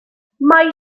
mae